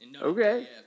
Okay